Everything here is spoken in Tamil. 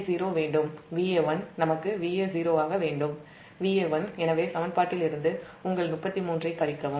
நமக்கு Va0 Va1 வேண்டும் எனவே சமன்பாடு 34 லிருந்து சமன்பாடு 33 ஐக் கழிக்கவும்